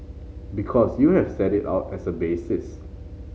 because you have set it out as a basis